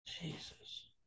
Jesus